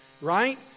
Right